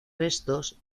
restos